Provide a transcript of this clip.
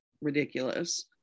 ridiculous